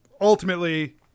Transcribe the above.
ultimately